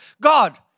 God